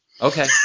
okay